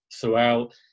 throughout